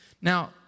Now